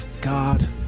God